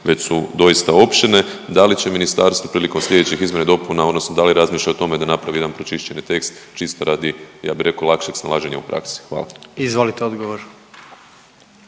već su doista opširne. Da li će ministarstvo prilikom sljedećih izmjena i dopuna, odnosno da li razmišlja o tome da napravi jedan pročišćeni tekst čisto radi ja bih rekao lakšeg snalaženja u praksi. Hvala. **Jandroković,